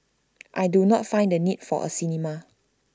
I do not find the need for A cinema